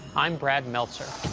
i'm brad meltzer.